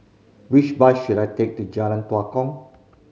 which bus should I take to Jalan Tua Kong